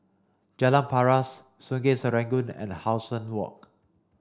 Jalan Paras Sungei Serangoon and How Sun Walk